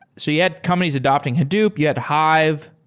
so you had companies adapting hadoop. you had hive.